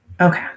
Okay